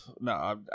no